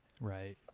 Right